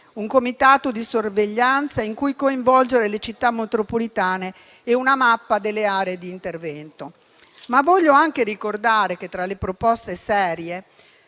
un comitato di sorveglianza in cui coinvolgere le Città metropolitane e una mappa delle aree di intervento. Ma voglio anche ricordare che, tra le proposte serie,